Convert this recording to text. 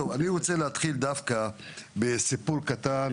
אני רוצה להתחיל בסיפור קטן,